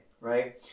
right